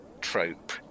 trope